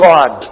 God